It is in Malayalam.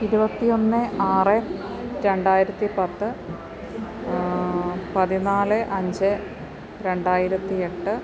ഇരുപത്തി ഒന്ന് ആറ് രണ്ടായിരത്തി പത്ത് പതിനാല് അഞ്ച് രണ്ടായിരത്തി എട്ട്